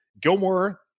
Gilmore